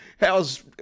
How's